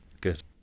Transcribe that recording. Good